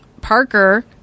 Parker